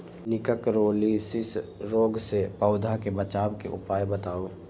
निककरोलीसिस रोग से पौधा के बचाव के उपाय बताऊ?